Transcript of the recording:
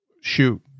shoot